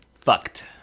Fucked